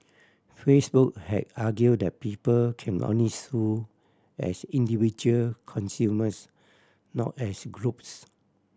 Facebook had argued that people can only sue as individual consumers not as groups